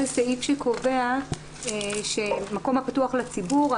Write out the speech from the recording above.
זה סעיף שקובע שמקום הפתוח לציבור,